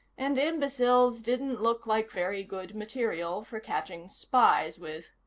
and imbeciles didn't look like very good material for catching spies with.